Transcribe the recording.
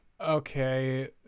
Okay